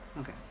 Okay